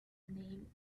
name